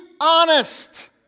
honest